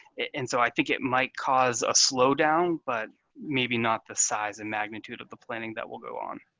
and so i think it might cause a slowdown, but maybe not the size and magnitude of the planning that will go on.